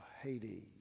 Hades